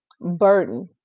burden